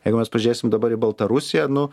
jeigu mes pažiūrėsim dabar į baltarusiją nu